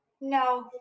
no